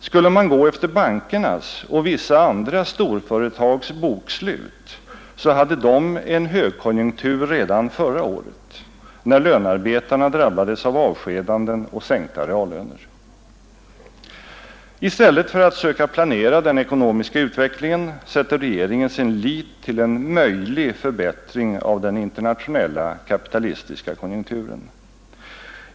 Skulle man gå efter bankernas och vissa andra storföretags bokslut så hade de en högkonjunktur redan förra året, när lönarbetarna drabbades av avskedanden och sänkta reallöner. I stället för att söka planera den ekonomiska utvecklingen sätter regeringen sin lit till en möjlig förbättring av den internationella kapitalistiska konjunkturen.